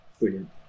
brilliant